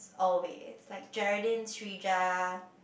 always like Geraldine Srijah